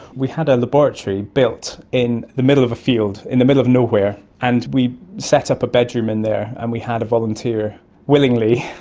we had a a laboratory built in the middle of a field, in the middle of nowhere, and we set up a bedroom in there and we had a volunteer willingly